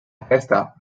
aquesta